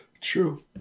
True